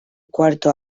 cuarto